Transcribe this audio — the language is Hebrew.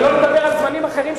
שלא לדבר על זמנים אחרים,